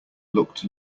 looked